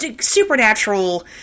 supernatural